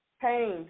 pain